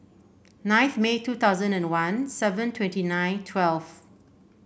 ninth May two thousand and one seven twenty nine twelve